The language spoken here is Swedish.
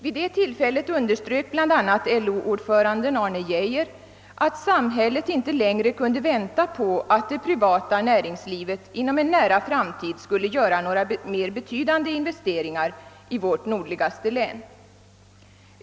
Vid det tillfället underströk bl.a. LO-ordföranden Arne Geijer att samhället inte längre kunde vänta på att det privata näringslivet inom en nära framtid skulle göra några mer betydande investeringar i vårt nordligaste län.